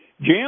Jim